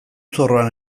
zorroan